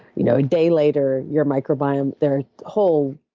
you know a day later your microbiome there are whole